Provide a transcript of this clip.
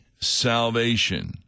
salvation